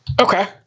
Okay